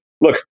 look